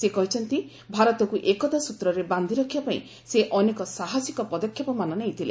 ସେ କହିଛନ୍ତି ଭାରତକୁ ଏକତା ସୂତ୍ରରେ ବାନ୍ଧି ରଖିବା ପାଇଁ ସେ ଅନେକ ସାହସିକ ପଦକ୍ଷେପ ମାନ ନେଇଥିଲେ